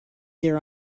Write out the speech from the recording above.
their